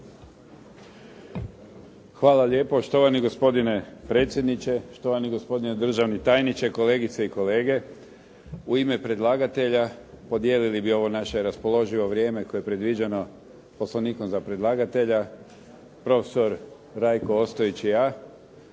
Hvala lijepo. Štovani gospodine predsjedniče, štovani gospodine državni tajniče, kolegice i kolege. U ime predlagatelja podijelili bi ovo naše raspoloživo vrijeme koje je predviđeno poslovnikom za predlagatelja profesor Rajko Ostojić i ja,